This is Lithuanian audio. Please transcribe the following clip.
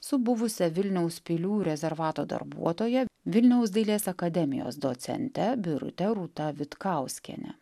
su buvusia vilniaus pilių rezervato darbuotoja vilniaus dailės akademijos docente birute rūta vitkauskiene